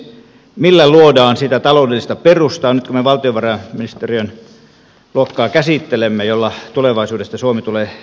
millä luodaan nyt sitä taloudellista perustaa kun me valtiovarainministeriön pääluokkaa käsittelemme jolla tulevaisuudesta suomi tulee selviytymään